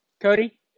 Cody